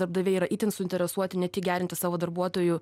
darbdaviai yra itin suinteresuoti ne tik gerinti savo darbuotojų